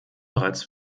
bereits